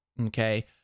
Okay